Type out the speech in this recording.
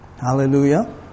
Hallelujah